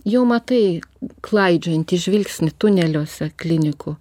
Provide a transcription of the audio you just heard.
jau matai klaidžiojantį žvilgsnį tuneliuose klinikų